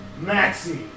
Maxie